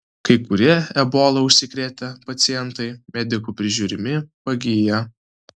kai kurie ebola užsikrėtę pacientai medikų prižiūrimi pagyja